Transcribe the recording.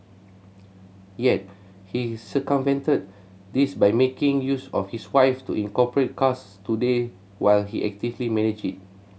yet he circumvented this by making use of his wife to incorporate Cars Today while he actively manage it